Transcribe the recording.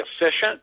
efficient